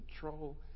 control